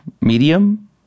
medium